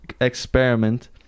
experiment